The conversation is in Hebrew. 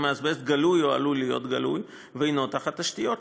האזבסט גלוי או עלול להיות גלוי ואינו תחת תשתיות,